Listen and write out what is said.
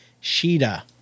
Sheeta